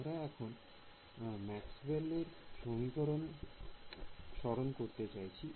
আমরা এখানে ম্যাক্সওয়েল এর সমীকরণ স্মরণ করতে চাইছি